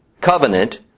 covenant